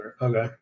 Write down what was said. Okay